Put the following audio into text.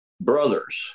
brothers